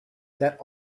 that